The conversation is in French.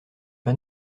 pas